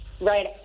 right